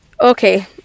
okay